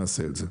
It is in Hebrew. נעשה את זה.